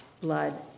blood